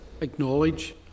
acknowledge